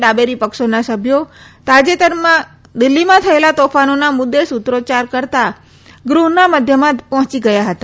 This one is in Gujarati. ડાબેરી પક્ષોના સભ્યો દિલ્હીમાં તાજેતરમાં થયેલા તોફાનોના મુદ્દે સૂત્રોચ્યાર કરતાં કરતાં ગૃહના મધ્યમમાં પહોંચી ગયા હતા